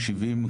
או 70 כנסים,